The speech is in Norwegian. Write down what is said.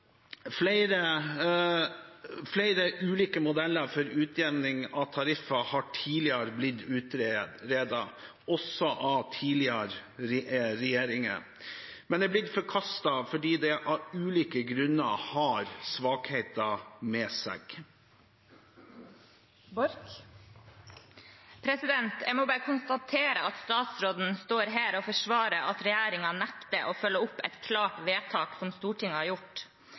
Flere ulike modeller for utjevning av tariffer har tidligere blitt utredet, også av tidligere regjeringer, men er blitt forkastet fordi de av ulike grunner har svakheter ved seg. Jeg må bare konstatere at statsråden står her og forsvarer at regjeringen nekter å følge opp et klart vedtak som Stortinget har gjort.